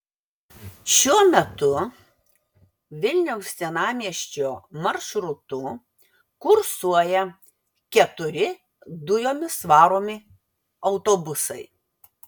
šiuo metu vilniaus senamiesčio maršrutu kursuoja keturi dujomis varomi autobusai